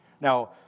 Now